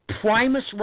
Primus